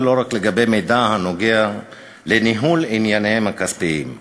ולא רק לגבי מידע הקשור לניהול ענייניהם הכספיים.